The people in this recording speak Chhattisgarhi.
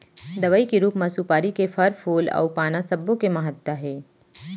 दवई के रूप म सुपारी के फर, फूल अउ पाना सब्बो के महत्ता हे